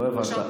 לא הבנת.